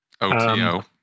OTO